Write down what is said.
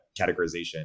categorization